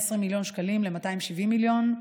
מ-120 מיליון שקלים ל-270 מיליון.